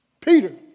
Peter